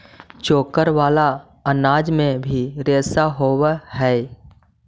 चोकर वाला अनाज में भी रेशा होवऽ हई